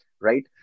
right